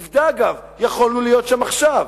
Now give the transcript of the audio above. עובדה, אגב, יכולנו להיות שם עכשיו,